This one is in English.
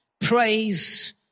praise